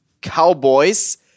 cowboys